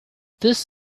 this